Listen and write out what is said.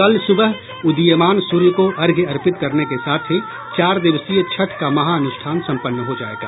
कल सुबह उदीयमान सूर्य को अर्घ्य अर्पित करने के साथ ही चार दिवसीय छठ का महाअनुष्ठान सम्पन्न हो जाएगा